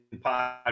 Pod